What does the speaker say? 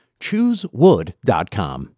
Choosewood.com